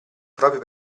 proprio